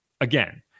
again